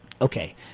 Okay